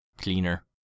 cleaner